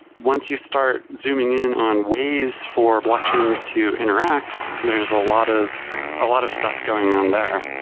once you start zooming in on ways for blockchains to interact, there's a lot of ah lot of stuff going on there.